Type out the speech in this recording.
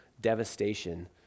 devastation